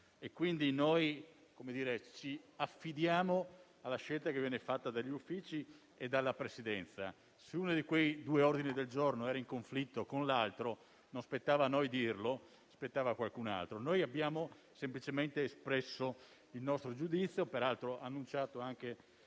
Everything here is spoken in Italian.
quindi ci affidiamo alla scelta che viene fatta dagli Uffici e dalla Presidenza. Se uno di quei due ordini del giorno era in conflitto con l'altro non spettava a noi dirlo, ma a qualcun altro. Noi abbiamo semplicemente espresso il nostro giudizio, peraltro annunciato anche